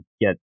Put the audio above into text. get